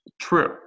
True